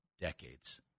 decades